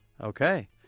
Okay